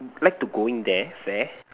like to going there fair